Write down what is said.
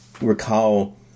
recall